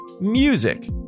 Music